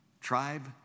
tribe